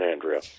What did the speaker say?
Andrea